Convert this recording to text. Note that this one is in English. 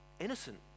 innocent